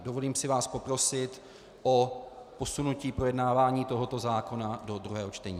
Dovolím si vás poprosit o posunutí projednávání tohoto zákona do druhého čtení.